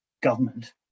government